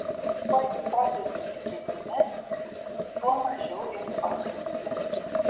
kuo hipotezė tikėtinesnė tuo mažiau informatyvi